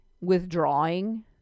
withdrawing